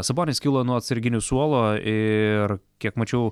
sabonis kilo nuo atsarginių suolo ir kiek mačiau